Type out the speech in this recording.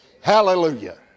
Hallelujah